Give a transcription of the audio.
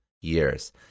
years